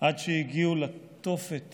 עד שהגיעו לתופת